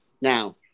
now